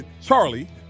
Charlie